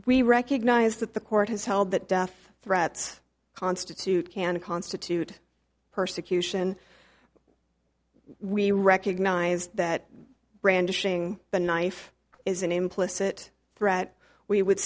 we recognize that the court has held that death threats constitute can constitute persecution we recognize that brandishing the knife is an implicit threat we would